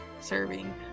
serving